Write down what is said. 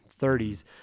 30s